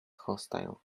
hostile